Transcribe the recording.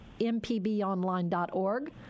mpbonline.org